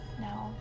No